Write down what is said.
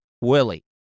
Willie